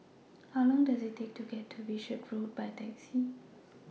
How Long Does IT Take to get to Wishart Road By Taxi